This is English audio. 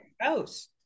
house